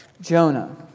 Jonah